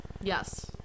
Yes